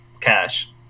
cash